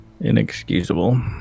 inexcusable